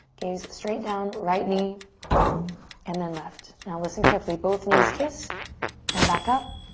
gaze straight down, right knee and then left. now, listen carefully, both knees kiss and back up.